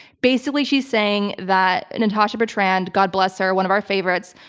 basically, she's saying that natasha bertrand god bless her one of our favorites,